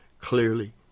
clearly